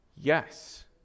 Yes